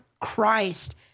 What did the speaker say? Christ